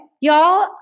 Y'all